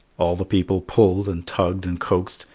all the people pulled and tugged and coaxed,